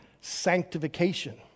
sanctification